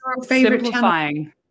simplifying